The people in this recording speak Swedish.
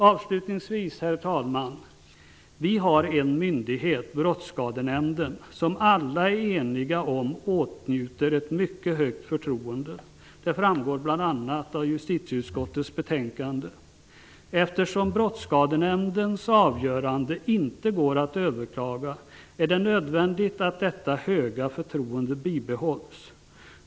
Avslutningsvis, herr talman, vi har en myndighet, Brottsskadenämnden, som alla är eniga om att den åtnjuter ett mycket högt förtroende. Det framgår bl.a. av justitieutskottets betänkande. Eftersom Brottsskadenämndens avgörande inte går att överklaga är det nödvändigt att detta höga förtroende bibehålls.